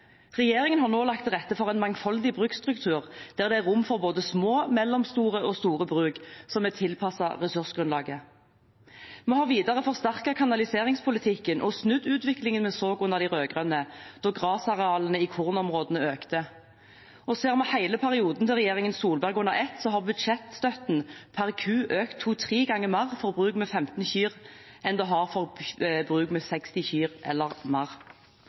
Regjeringen har nå lagt til rette for en mangfoldig bruksstruktur, der det er rom for både små, mellomstore og store bruk, som er tilpasset ressursgrunnlaget. Vi har videre forsterket kanaliseringspolitikken og snudd utviklingen vi så under de rød-grønne, da gressarealene i kornområdene økte. Og ser vi hele perioden til regjeringen Solberg under ett, har budsjettstøtten per ku økt to–tre ganger mer for bruk med 15 kyr enn det har for bruk med 60 kyr eller mer.